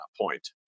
point